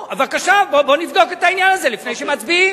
בבקשה, בוא ונבדוק את העניין הזה לפני שמצביעים.